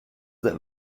that